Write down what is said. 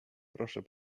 proszę